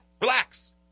relax